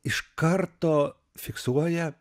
iš karto fiksuoja